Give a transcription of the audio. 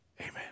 Amen